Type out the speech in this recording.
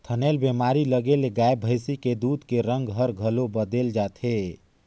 थनैल बेमारी लगे ले गाय भइसी के दूद के रंग हर घलो बदेल जाथे